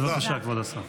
בבקשה, כבוד השר.